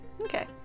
Okay